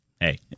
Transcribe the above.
hey